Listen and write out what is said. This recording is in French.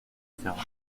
ferrat